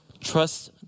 Trust